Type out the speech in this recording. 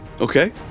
Okay